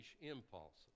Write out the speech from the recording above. impulses